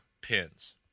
pins